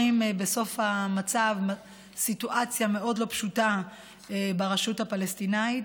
בסוף המצב סיטואציה מאוד לא פשוטה ברשות הפלסטינית.